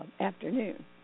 afternoon